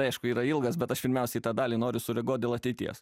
aišku yra ilgas bet aš pirmiausiai į tą dalį noriu sureaguot dėl ateities